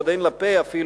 עוד אין לה פ/ אפילו,